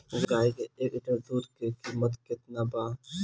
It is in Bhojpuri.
गाय के एक लीटर दूध के कीमत केतना बा?